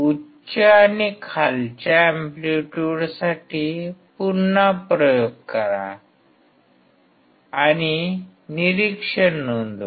उच्च आणि खालच्या एम्पलीट्युडसाठी पुन्हा प्रयोग करा आणि निरीक्षण नोंदवा